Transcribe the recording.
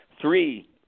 three